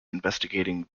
investigating